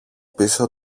πίσω